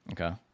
Okay